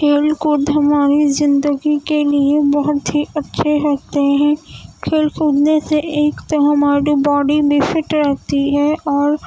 کھیل کود ہماری زندگی کے لیے بہت ہی اچھے ہوتے ہیں کھیل کودنے سے ایک تو ہماری باڈی بھی فٹ رہتی ہے اور